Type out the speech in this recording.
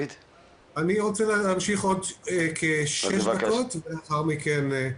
אני רוצה להמשיך עוד כשש דקות ולאחר מכן --- בבקשה.